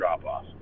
drop-off